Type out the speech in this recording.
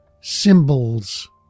symbols